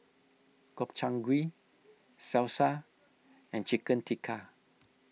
Gobchang Gui Salsa and Chicken Tikka